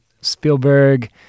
Spielberg